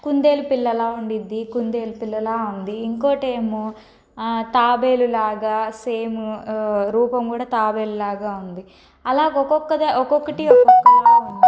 కుందేలు పిల్లలా ఉండిద్ది కుందేలు పిల్లలా ఉంది ఇంకోటేమో తాబేలులాగా సేము రూపం కూడా తాబేలులాగా ఉంది అలాగొకొక్కదా ఒకొక్కటి ఒకొక్కలా ఉంది